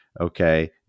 okay